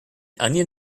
onion